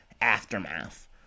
aftermath